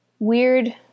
Weird